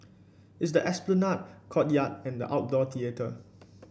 it's the Esplanade courtyard and outdoor theatre